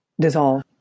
dissolve